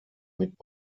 mit